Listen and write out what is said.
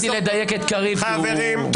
חברים.